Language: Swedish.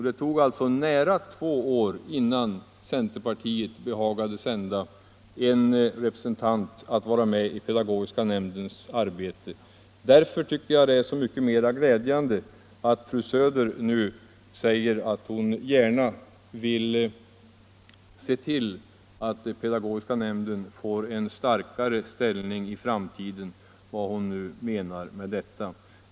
Det tog alltså nära två år innan centerpartiet behagade sända en representant att delta i pedagogiska nämndens arbete. Därför tycker jag att det är så mycket mera glädjande att fru Söder nu säger att hon gärna ser att pedagogiska nämnden får en starkare ställning i framtiden — vad hon nu menar med detta.